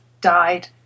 died